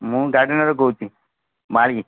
ମୁଁ ଗାର୍ଡ଼େନର କହୁଛି ମାଳି